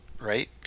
right